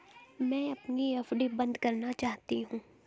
मैं अपनी एफ.डी बंद करना चाहती हूँ